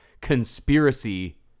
conspiracy